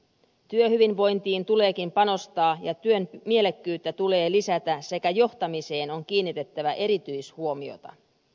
työhyvinvointiin tuleekin panostaa ja työn mielekkyyttä tulee lisätä sekä johtamiseen on kiinnitettävä erityishuomiota